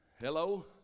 Hello